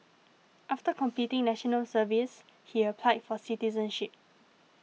after completing National Service he applied for citizenship